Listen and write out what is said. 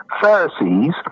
Pharisees